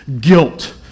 guilt